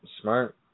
smart